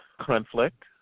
conflict